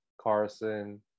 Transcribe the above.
Carson